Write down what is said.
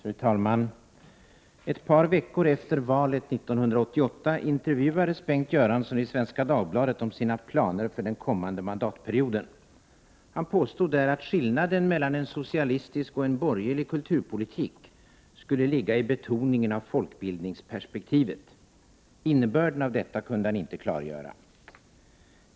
Fru talman! Ett par veckor efter valet 1988 intervjuades Bengt Göransson i Svenska Dagbladet om sina planer för den kommande mandatperioden. Han påstod där att skillnaden mellan en socialistisk och en borgerlig kulturpolitik skulle ligga i betoningen av folkbildningsperspektivet. Innebörden av detta kunde han inte klargöra.